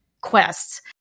quests